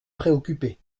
préoccupé